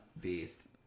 beast